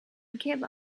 gave